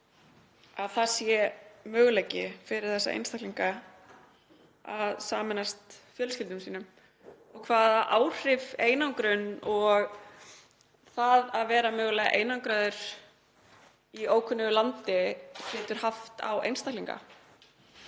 að það sé möguleiki fyrir þessa einstaklinga að sameinast fjölskyldum sínum og hvaða áhrif einangrun og það að vera mögulega einangraður í ókunnu landi getur haft á einstaklinga.